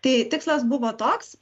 tai tikslas buvo toks